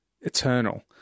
eternal